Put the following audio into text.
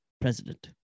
president